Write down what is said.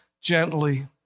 gently